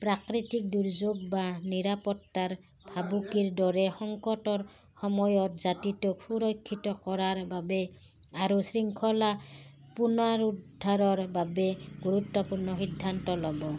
প্ৰাকৃতিক দুৰ্যোগ বা নিৰাপত্তাৰ ভাবুকিৰ দৰে সংকটৰ সময়ত জাতিটোক সুৰক্ষিত কৰাৰ বাবে আৰু শৃংখলা পুনৰুদ্ধাৰৰ বাবে গুৰুত্বপূৰ্ণ সিদ্ধান্ত ল'ব